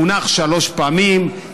הונח שלוש פעמים,